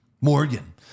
Morgan